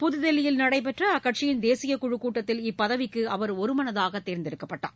புதுதில்லியில் நடைபெற்ற அக்கட்சியின் தேசிய குழு கூட்டத்தில் இப்பதவிக்கு அவர் ஒருமனதாக தேர்ந்தெடுக்கப்பட்டார்